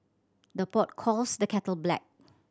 the pot calls the kettle black